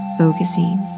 focusing